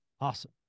Awesome